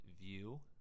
view